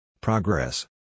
Progress